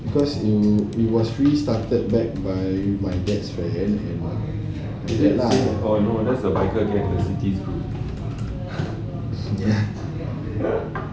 because it was actually started back by my dad's friend and too bad lah ya